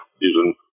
using